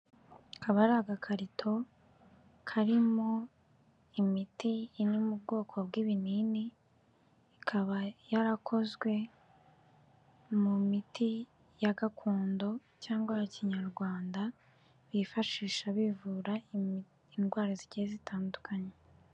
Aka abari agakarito karimo imiti, iri mu bwoko bw'ibinini, ikaba yarakozwe mu miti ya gakondo cyangwa ya kinyarwanda, bifashisha bivura indwara zigiye zitandukanye.